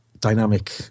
dynamic